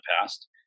past